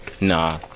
nah